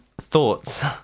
thoughts